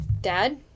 Dad